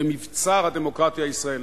במבצר הדמוקרטיה הישראלית,